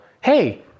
hey